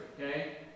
okay